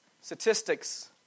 Statistics